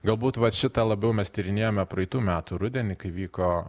galbūt va šitą labiau mes tyrinėjome praeitų metų rudenį kai vyko